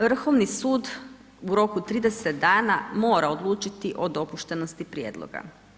Vrhovni sud u roku 30 dana mora odlučiti o dopuštenosti prijedloga.